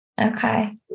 Okay